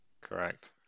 Correct